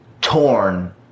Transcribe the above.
torn